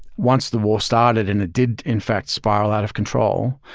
once the war started, and it did in fact spiral out of control,